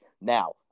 Now